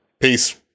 peace